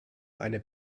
eine